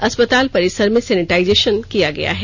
अस्पताल परिसर में सैनिटाइजेशन किया गया है